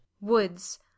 Woods